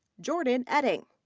jordan oetting.